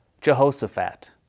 Jehoshaphat